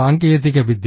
സാങ്കേതികവിദ്യ